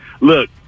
Look